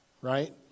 right